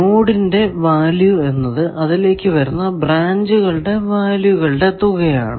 നോഡിലെ വാല്യൂ എന്നത് അതിലേക്കു വരുന്ന ബ്രാഞ്ച് വാല്യൂകളുടെ തുക ആണ്